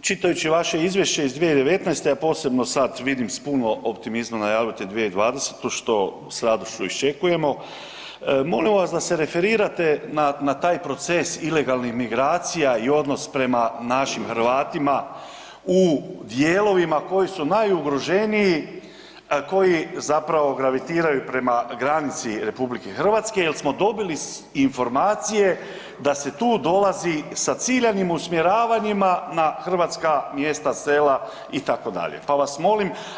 čitajući vaše izvješće iz 2019., a posebno sad vidim s puno optimizma najavljujete 2020. što s radošću iščekujemo, molim vas da se referirate na, na taj proces ilegalnih migracija i odnos prema našim Hrvatima u dijelovima koji su najugroženiji, koji zapravo gravitiraju prema granici RH jel smo dobili informacije da se tu dolazi sa ciljanim usmjeravanjima na hrvatska mjesta, sela itd., pa vas molim.